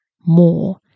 more